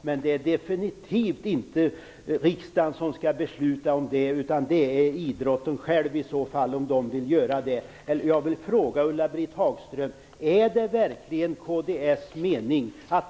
Men det är definitivt inte riksdagen som skall besluta om det, utan det är idrotten själv i så fall om den vill göra det.